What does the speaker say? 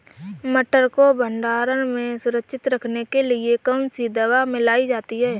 मटर को भंडारण में सुरक्षित रखने के लिए कौन सी दवा मिलाई जाती है?